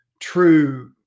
true